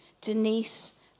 Denise